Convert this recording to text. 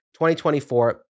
2024